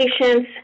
patients